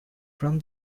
from